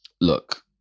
look